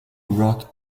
wrote